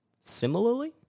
similarly